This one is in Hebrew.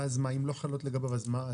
ואז מה, אם הן לא חלות לגביו אז מה?